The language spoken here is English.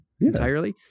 entirely